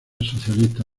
socialista